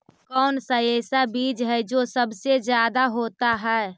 कौन सा ऐसा बीज है जो सबसे ज्यादा होता है?